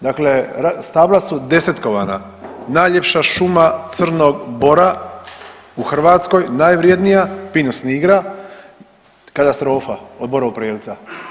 Dakle, stabla su desetkovana, najljepša šuma crnog bora u Hrvatskoj najvrjednija pinus nigra katastrofa od borov prelca.